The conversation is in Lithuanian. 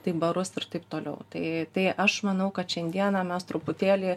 tai barus ir taip toliau tai tai aš manau kad šiandieną mes truputėlį